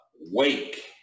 Wake